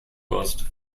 warst